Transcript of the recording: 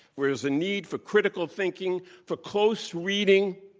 where there's a need for critical thinking, for close reading,